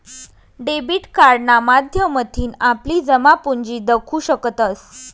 debit कार्डना माध्यमथीन आपली जमापुंजी दखु शकतंस